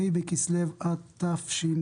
ה' בכסלו התשפ"ב.